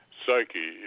psyche